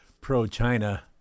pro-China